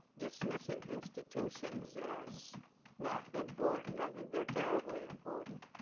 dismissing institutions as not important. i think they're terribly important.